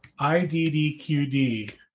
IDDQD